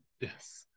yes